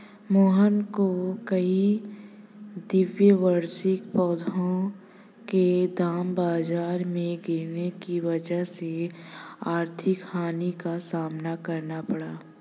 मोहन को कई द्विवार्षिक पौधों के दाम बाजार में गिरने की वजह से आर्थिक हानि का सामना करना पड़ा